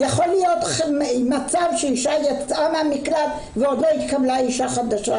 יכול להיות מצב שאישה יצאה מהמקלט ועוד לא התקבלה אישה חדשה,